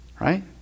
right